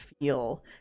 feel